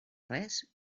res